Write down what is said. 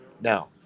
Now